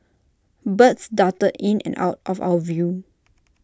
birds darted in and out of our view